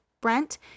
Brent